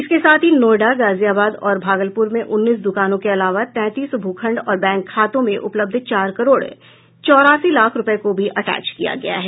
इसके साथ ही नोएडा गाजियाबाद और भागलपुर में उन्नीस दुकानों के अलावा तैंतीस भूखंड और बैंक खातों में उपलब्ध चार करोड़ चौरासी लाख रूपये को भी अटैच किया है